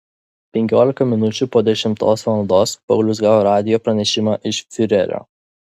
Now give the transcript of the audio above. penkiolika minučių po dešimtos valandos paulius gavo radijo pranešimą iš fiurerio